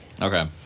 Okay